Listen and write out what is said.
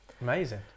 Amazing